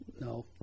No